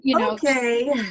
Okay